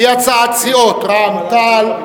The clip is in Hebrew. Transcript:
והיא הצעת סיעות רע"ם-תע"ל,